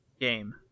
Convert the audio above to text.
game